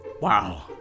Wow